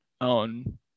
own